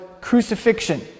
crucifixion